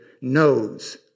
knows